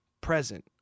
present